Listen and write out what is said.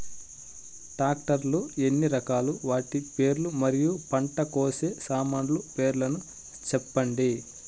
Tractor లు ఎన్ని రకాలు? వాటి పేర్లు మరియు పంట కోసే సామాన్లు పేర్లను సెప్పండి?